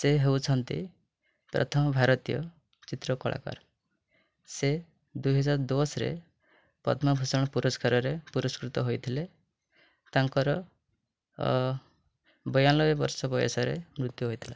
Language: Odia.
ସେ ହେଉଛନ୍ତି ପ୍ରଥମ ଭାରତୀୟ ଚିତ୍ର କଳାକାର ସେ ଦୁଇହଜାର ଦଶରେ ପଦ୍ମଭୂଷଣ ପୁରସ୍କାରରେ ପୁରସ୍କୃତ ହୋଇଥିଲେ ତାଙ୍କର ବୟାନବେ ବର୍ଷ ବୟସରେ ମୃତ୍ୟୁ ହୋଇଥିଲା